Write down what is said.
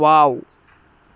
wow